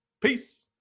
Peace